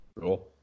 Cool